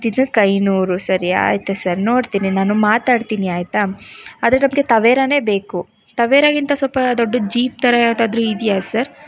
ದಿನಕ್ಕೆ ಐನೂರು ಸರಿ ಆಯಿತು ಸರ್ ನೋಡ್ತೀನಿ ನಾನು ಮಾತಾಡ್ತೀನಿ ಆಯಿತಾ ಆದರೆ ನಮಗೆ ತವೆರನೇ ಬೇಕು ತವೆರಗಿಂತ ಸ್ವಲ್ಪ ದೊಡ್ಡದು ಜೀಪ್ ಥರ ಯಾವ್ದಾದ್ರೂ ಇದೆಯಾ ಸರ್